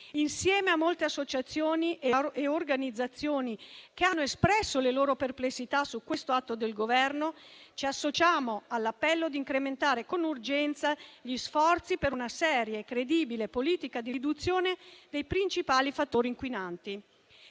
Insieme a molte associazioni e organizzazioni che hanno espresso le loro perplessità su questo atto del Governo, ci associamo all'appello di incrementare con urgenza gli sforzi per una seria e credibile politica di riduzione dei principali fattori inquinanti.